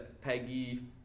Peggy